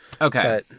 Okay